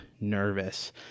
nervous